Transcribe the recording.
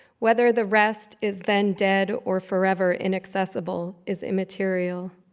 whether the rest is then dead or forever, inaccessible is immaterial.